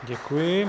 Děkuji.